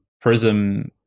Prism